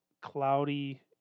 cloudy